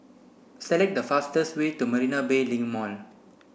select the fastest way to Marina Bay Link Mall